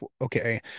okay